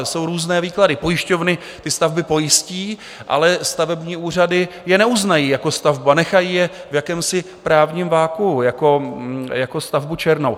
Jsou různé výklady, pojišťovny ty stavby pojistí, ale stavební úřady je neuznají jako stavbu a nechají je v jakémsi právním vakuu jako stavbu černou.